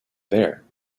there